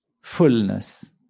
fullness